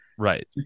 Right